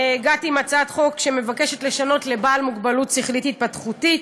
הגעתי עם הצעת חוק שמבקשת לשנות ל"בעל מוגבלות שכלית התפתחותית".